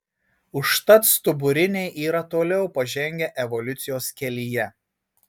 užtat stuburiniai yra toliau pažengę evoliucijos kelyje